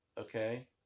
Okay